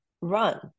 run